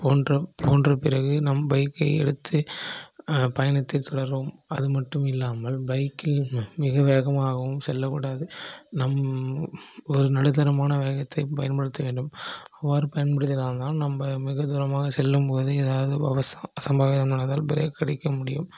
போன்ற போன்ற பிறகு நம் பைக்கை எடுத்து பயணத்தை தொடர்வோம் அதுமட்டும் இல்லாமல் பைக்கில் மிக வேகமாகவும் செல்ல கூடாது நம் ஒரு நடுத்தரமான வேகத்தை பயன்படுத்த வேண்டும் அவ்வாறு பயன்படுத்தினால் தான் நம்ப மிக தூரமாக செல்லும் போது ஏதாவது ஒரு பிரேக் அடிக்க முடியும்